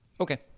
Okay